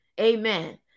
Amen